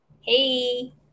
Hey